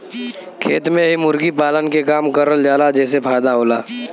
खेत में ही मुर्गी पालन के काम करल जाला जेसे फायदा होला